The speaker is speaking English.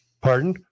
Pardon